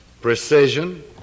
precision